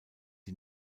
die